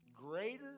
greater